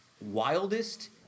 wildest